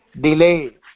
delay